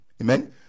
Amen